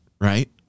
right